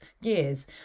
years